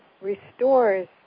restores